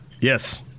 yes